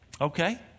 okay